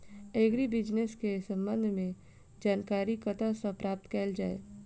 Agri business केँ संबंध मे जानकारी कतह सऽ प्राप्त कैल जाए?